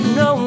no